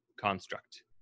construct